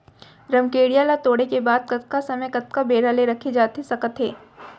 रमकेरिया ला तोड़े के बाद कतका समय कतका बेरा ले रखे जाथे सकत हे?